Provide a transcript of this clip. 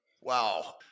Wow